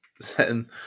setting